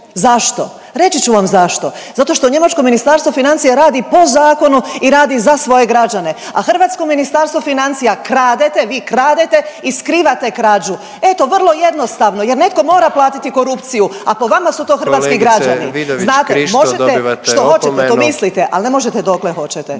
zašto? Reći ću vam zašto. Zato što njemačkoj ministarstvo financija radi po zakonu i radi za svoje građane, a hrvatsko Ministarstvo financija kradete, vi kradete i skrivate krađu, eto vrlo jednostavno. Jer netko mora platiti korupciju, a po vama su to hrvatski građani. …/Upadica predsjednik: Kolegice Vidović Krišto